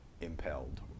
impelled